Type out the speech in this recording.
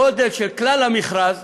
הגודל של כלל המכרז